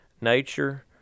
nature